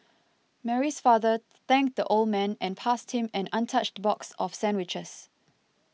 mary's father thanked the old man and passed him an untouched box of sandwiches